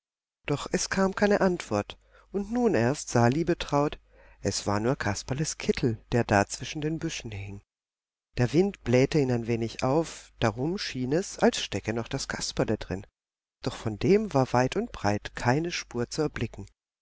doch es kam keine antwort und nun erst sah liebetraut es war nur kasperles kittel der da zwischen den büschen hing der wind blähte ihn ein wenig auf darum schien es als stecke noch das kasperle drin doch von dem war weit und breit keine spur zu erblicken